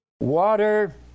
water